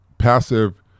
Passive